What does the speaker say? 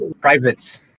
Privates